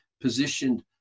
positioned